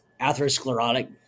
atherosclerotic